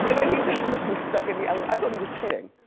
and then he says i was stuck in the elevator. i thought he was kidding.